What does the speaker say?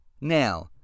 Now